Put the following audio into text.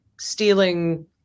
stealing